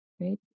Right